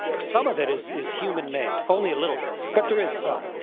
some of it is is human made only a little bit, but there is some.